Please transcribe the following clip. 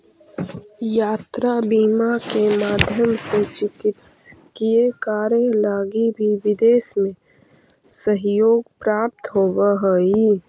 यात्रा बीमा के माध्यम से चिकित्सकीय कार्य लगी भी विदेश में सहयोग प्राप्त होवऽ हइ